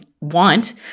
want